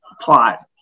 plot